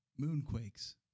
moonquakes